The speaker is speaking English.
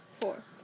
Four